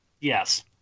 Yes